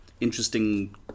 interesting